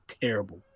Terrible